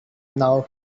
now